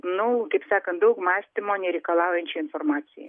nu kaip sakant daug mąstymo nereikalaujančiai informacijai